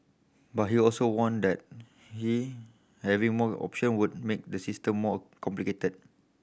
but he also warned that he having more option would make the system more complicated